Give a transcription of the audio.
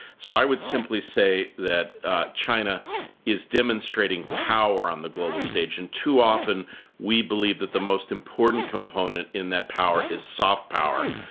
so, i would simply say that china is demonstrating power on the global stage and too often we believe that the most important component in that power is soft power.